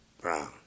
Brown